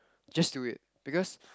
just do it because